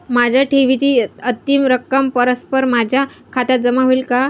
माझ्या ठेवीची अंतिम रक्कम परस्पर माझ्या खात्यात जमा होईल का?